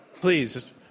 Please